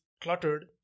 cluttered